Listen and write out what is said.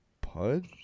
pud